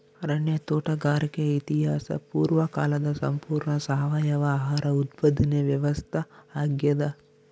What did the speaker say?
ಅರಣ್ಯ ತೋಟಗಾರಿಕೆ ಇತಿಹಾಸ ಪೂರ್ವಕಾಲದ ಸಂಪೂರ್ಣ ಸಾವಯವ ಆಹಾರ ಉತ್ಪಾದನೆ ವ್ಯವಸ್ಥಾ ಆಗ್ಯಾದ